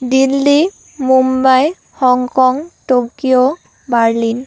Delhi Mumbai Hong Kong Tokyo Berlin